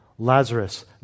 Lazarus